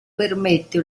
permette